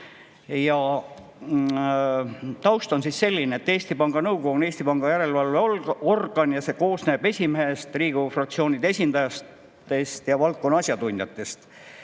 Taust on selline: Eesti Panga Nõukogu on Eesti Panga järelevalveorgan ja see koosneb esimehest, Riigikogu fraktsioonide esindajatest ja valdkonna asjatundjatest.